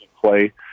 play